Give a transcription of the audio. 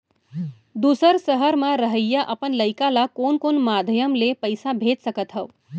दूसर सहर म रहइया अपन लइका ला कोन कोन माधयम ले पइसा भेज सकत हव?